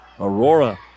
Aurora